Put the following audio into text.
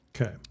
Okay